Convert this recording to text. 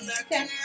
Okay